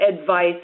advice